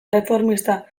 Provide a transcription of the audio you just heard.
erreformista